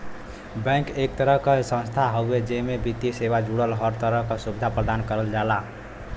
bank एक तरह क संस्थान हउवे जेमे वित्तीय सेवा जुड़ल हर तरह क सुविधा प्रदान करल जाला